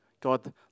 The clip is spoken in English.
God